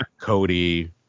Cody